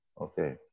okay